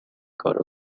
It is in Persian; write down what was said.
کارو